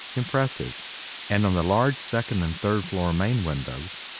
impressive and on the large second and third floor main windows,